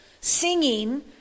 singing